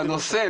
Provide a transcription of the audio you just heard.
לנושא.